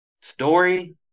Story